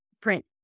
print